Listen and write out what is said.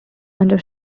under